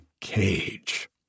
cage